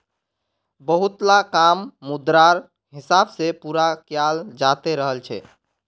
बहुतला काम मुद्रार हिसाब से पूरा कियाल जाते रहल छे